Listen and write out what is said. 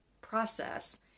process